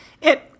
It-